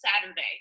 Saturday